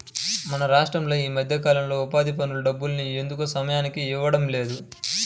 మన రాష్టంలో ఈ మధ్యకాలంలో ఉపాధి పనుల డబ్బుల్ని ఎందుకనో సమయానికి ఇవ్వడం లేదు